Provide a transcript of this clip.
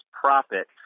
profit